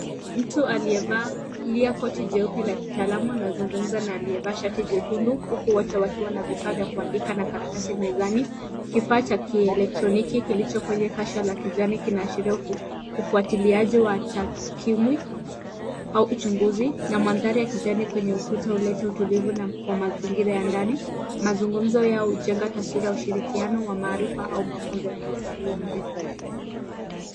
Mtu aliyevalia koti jeupe la kitaalamu anazungumza na aliyevaa shati jekundu huku wote wakiwa na vifaa vya kuandika na karatasi mezani. Kifaa cha kielektroniki kilicho kwenye kasha la kijani kinaashiria ufuatiliaji wa takwimu au uchunguzi na mandhari ya kijani kwenye ukuta huleta utulivu wa mazingira ya ndani. Mazungumzo yao jhjenga taswira ya ushirikiano wa maarifa au mafunzo ya kitaaluma.